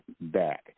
back